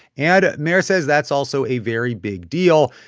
and mayer says that's also a very big deal.